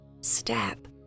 step